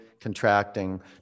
contracting